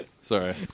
Sorry